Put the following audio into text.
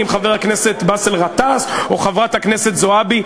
עם חבר הכנסת באסל גטאס או חברת הכנסת זועבי.